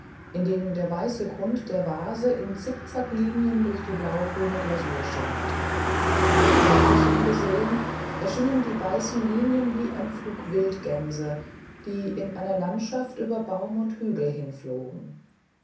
bildete indem der weiße grund der vase in zickzacklinien durch die blaugrüne glasur schimmerte flüchtig hingesehen erschienen die weißen linien wie ein flug wildgänse die in einer landschaft über baum und hügel hinflogen